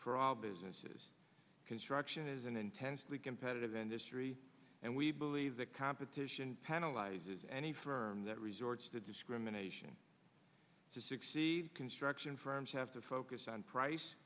for all businesses construction is an intensely competitive industry and we believe that competition penalizes any firm that resorts to discrimination to succeed construction firms have to focus on price